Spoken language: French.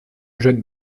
jeune